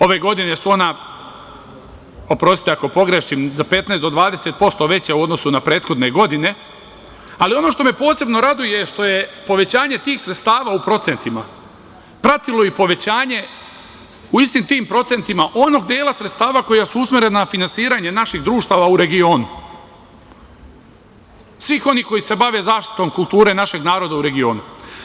Ove godine su ona, oprostite ako pogrešim, za 15% do 20% veća u odnosnu na prethodne godine, ali ono što me posebno raduje, što je povećanje tih sredstava u procentima pratilo i povećanje u istim tim procentima onog dela sredstava koja su usmerena na finansiranje naših društava u regionu, svih onih koji se bave zaštitom kulture našeg naroda u regionu.